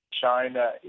China